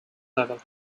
level